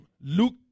Luke